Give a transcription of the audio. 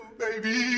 baby